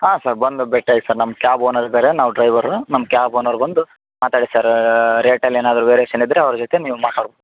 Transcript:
ಹಾಂ ಸರ್ ಬಂದ ಭೇಟಿ ಆಗಿ ಸರ್ ನಮ್ಮ ಕ್ಯಾಬ್ ಓನರ್ ಬೇರೆ ನಾವು ಡ್ರೈವರು ನಮ್ಮ ಕ್ಯಾಬ್ ಓನರ್ ಬಂದು ಮಾತಾಡಿ ಸರ್ ರೇಟಲ್ ಏನಾದರು ವೇರಿಯೇಷನ್ ಇದ್ದರೆ ಅವ್ರ ಜೊತೆ ನೀವು ಮಾತಾಡ್ಬೊ